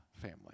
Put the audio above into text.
family